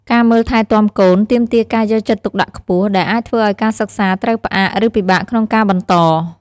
ការមើលថែទាំកូនទាមទារការយកចិត្តទុកដាក់ខ្ពស់ ដែលអាចធ្វើឱ្យការសិក្សាត្រូវផ្អាក ឬពិបាកក្នុងការបន្ត។